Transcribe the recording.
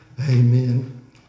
Amen